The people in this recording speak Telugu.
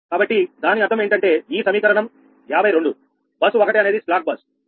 కాబట్టి దాని అర్థం ఏంటంటే ఈ సమీకరణం 52 బస్ 1 అనేది స్లాక్ బస్